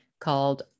called